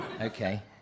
Okay